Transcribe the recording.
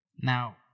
Now